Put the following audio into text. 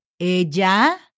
Ella